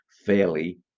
fairly